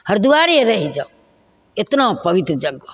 हरिद्वारे रहि जाउ एतना पवित्र जगह